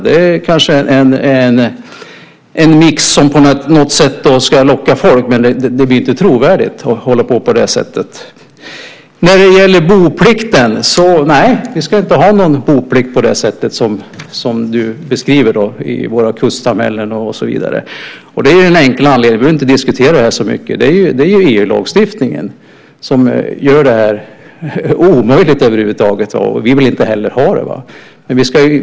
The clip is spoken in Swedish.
Det kanske är en mix som på något sätt ska locka folk, men det blir inte trovärdigt att hålla på på det sättet. Sedan gäller det boplikten. Nej, vi ska inte ha någon boplikt på det sätt som du beskriver i våra kustsamhällen och så vidare, och det är ju av den enkla anledningen, det behöver vi inte diskutera så mycket, att EU-lagstiftningen gör det omöjligt. Och vi vill inte heller ha det.